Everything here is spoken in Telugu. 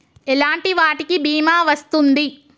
ఎలాంటి వాటికి బీమా వస్తుంది?